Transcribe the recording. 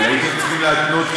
אבל הייתם צריכים להתנות,